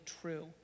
true